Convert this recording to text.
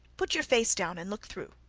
put your face down and look through